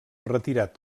retirat